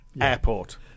airport